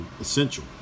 essential